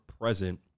present